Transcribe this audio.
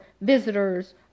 visitors